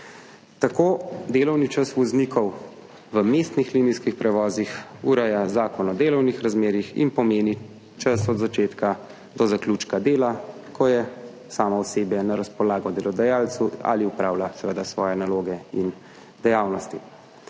Tako delovni čas voznikov v mestnih linijskih prevozih ureja Zakon o delovnih razmerjih in pomeni čas od začetka do zaključka dela, ko je samo osebje na razpolago delodajalcu ali opravlja seveda svoje naloge in dejavnosti. Delovni